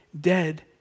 dead